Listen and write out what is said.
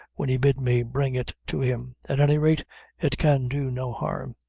when he bid me bring it to him at any rate it can do no harm.